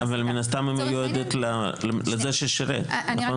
מן הסתם היא מיועדת למי ששירת, נכון?